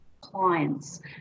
clients